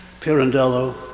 Pirandello